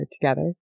together